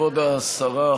כבוד השרה,